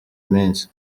minsi